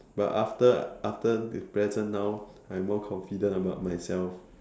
but after after present now I'm more confident about myself